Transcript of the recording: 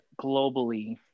globally